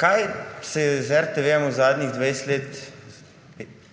Kaj se je z RTV v zadnjih 20 let,